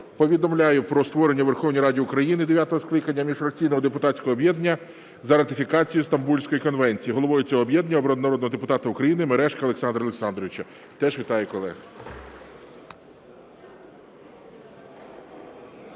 повідомляю про створення у Верховній Раді України дев'ятого скликання міжфракційного депутатського об'єднання "За ратифікацію Стамбульської конвенції". Головою цього об'єднання обрано народного депутата України Мережка Олександра Олександровича. Теж вітаю колег.